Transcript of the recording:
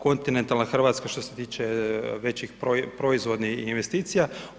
Kontinentalna Hrvatska što se tiče većih proizvodnih investicija.